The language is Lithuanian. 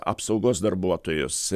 apsaugos darbuotojus